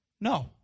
No